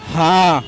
ہاں